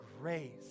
grace